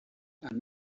and